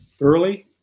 early